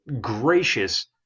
gracious